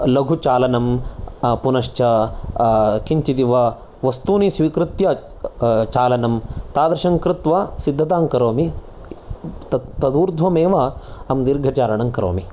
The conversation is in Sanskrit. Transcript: लघुचालनं पुनश्च किञ्चित् इव वस्तूनि स्वीकृत्य चालनं तादृशं कृत्वा सिद्धतां करोमि तत् तदूर्ध्वमेव अहं दीर्घचारणं करोमि